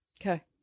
Okay